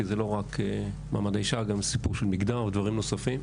כי זה לא רק מעמד האישה אלא גם סיפור של מגדר ודברים נוספים.